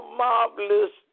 marvelous